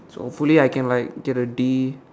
so hopefully I can like get a D